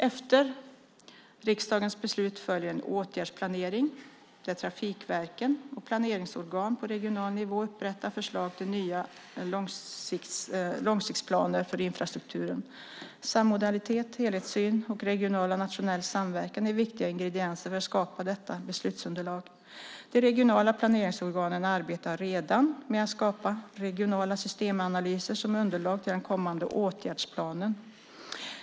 Efter riksdagens beslut följer en åtgärdsplanering där trafikverken och planeringsorgan på regional nivå upprättar förslag till nya långsiktsplaner för infrastrukturen. Sammodalitet, helhetssyn och regional och nationell samverkan är viktiga ingredienser för att skapa detta beslutsunderlag. De regionala planeringsorganen arbetar redan med att skapa regionala systemanalyser som underlag till den kommande åtgärdsplanen.